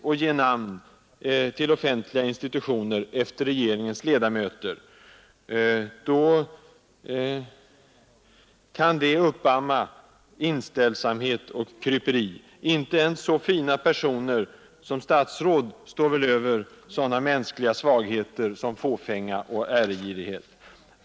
Att ge namn till offentliga institutioner efter regeringens ledamöter kan uppamma kryperi och inställsamhet. Inte ens så fina personer som statsråd står väl över sådana mänskliga svagheter som fåfänga och äregirighet.